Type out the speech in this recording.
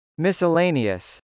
Miscellaneous